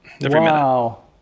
Wow